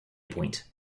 point